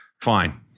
Fine